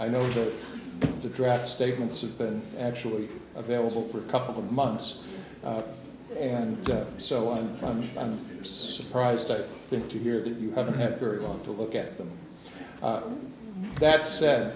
i know that the draft statements are been actually available for a couple of months and so i'm i'm i'm surprised i think to hear that you haven't had very long to look at them that said